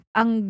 ang